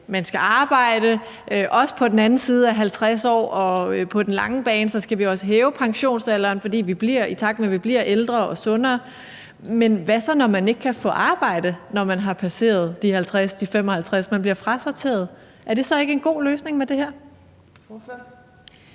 man skal arbejde, også på den anden side af 50 år, og på den lange bane skal vi også hæve pensionsalderen, i takt med at vi bliver ældre og sundere; men hvad så når man ikke kan få arbejde, når man har passeret de 50 til 55 år, fordi man bliver frasorteret? Er det her så ikke en god løsning?